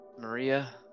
Maria